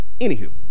Anywho